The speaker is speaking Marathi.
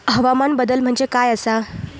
हवामान बदल म्हणजे काय आसा?